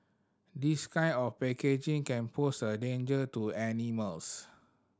this kind of packaging can pose a danger to animals